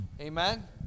Amen